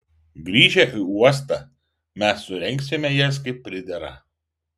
grįžę į uostą mes surengsime jas kaip pridera